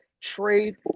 trade